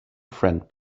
friend